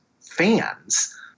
fans